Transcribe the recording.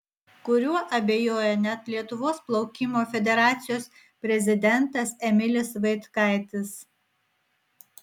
kuriuo abejoja net lietuvos plaukimo federacijos prezidentas emilis vaitkaitis